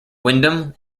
windham